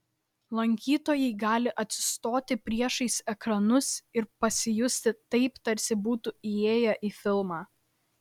lankytojai gali atsistoti priešais ekranus ir pasijusti taip tarsi būtų įėję į filmą